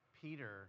Peter